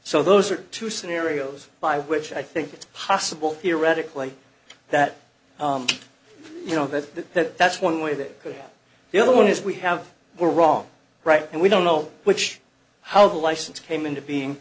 so those are two scenarios by which i think it's possible theoretically that you know that that's one way that the other one is we have the wrong right and we don't know which how the license came into being